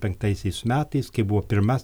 penktaisiais metais kai buvo pirmas